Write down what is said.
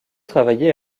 travaillé